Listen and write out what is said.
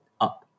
up